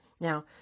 Now